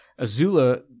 Azula